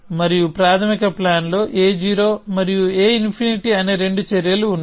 మరియు ప్రాథమిక ప్లాన్ లో a0 మరియు a∞ అనే రెండు చర్యలు ఉన్నాయి